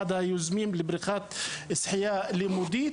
מהיוזמים להקמת בריכת שחייה לימודית,